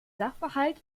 sachverhalt